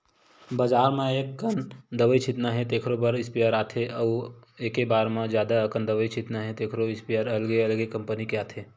बजार म एककन दवई छितना हे तेखरो बर स्पेयर आथे अउ एके बार म जादा अकन दवई छितना हे तेखरो इस्पेयर अलगे अलगे कंपनी के आथे